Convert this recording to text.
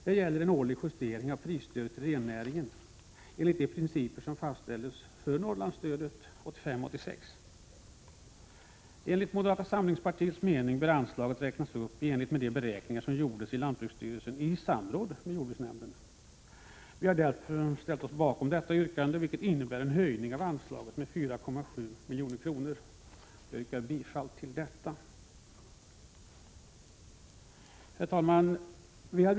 Det gäller en årlig justering av prisstödet till rennäringen enligt de principer som fastställdes för Norrlandsstödet 1985/86. Enligt moderata samlingspartiets mening bör anslaget räknas upp i enlighet med de beräkningar som gjordes av lantbruksstyrelsen i samråd med jordbruksnämnden. Vi har därför ställt oss bakom detta yrkande, vilket innebär en höjning av anslaget med 4,7 milj.kr. Jag hemställer om bifall till detta yrkande. Herr talman!